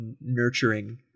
nurturing